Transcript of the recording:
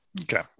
Okay